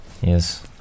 Yes